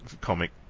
comic